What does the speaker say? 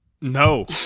No